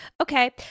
Okay